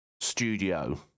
studio